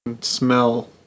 Smell